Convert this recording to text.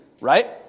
right